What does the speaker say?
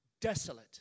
desolate